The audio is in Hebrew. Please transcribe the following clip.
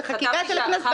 זה חקיקה של הכנסת,